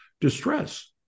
distress